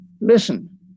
Listen